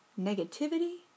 negativity